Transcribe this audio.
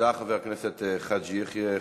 תודה, חבר הכנסת חאג' יחיא.